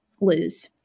lose